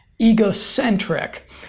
egocentric